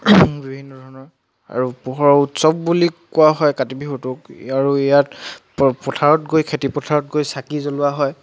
বিভিন্ন ধৰণৰ আৰু পোহৰৰ উৎসৱ বুলি কোৱা হয় কাতি বিহুটোক আৰু ইয়াত প পথাৰত গৈ খেতিপথাৰত গৈ চাকি জ্বলোৱা হয়